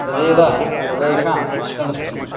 तदेव सर्वेषाम् इष्टमस्ति